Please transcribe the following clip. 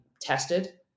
tested